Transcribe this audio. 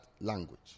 language